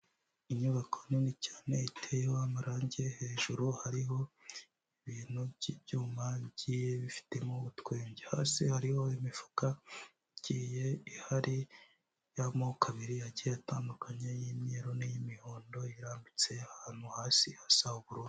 Inyubako nini cyane iteyeho amarange, hejuru hariho ibintu by'ibyuma bigiye bifitemo utwenge, hasi hariho imifuka igiye ihari y'amoko abiri agiye atandukanye iy'imyeru n'iy'imihondo, irambitse ahantu hasi hasa ubururu.